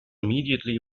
immediately